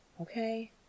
okay